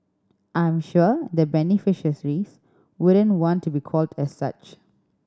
I am sure the beneficial raise wouldn't want to be called as such